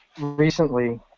recently